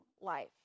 life